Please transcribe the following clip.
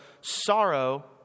sorrow